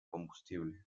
combustible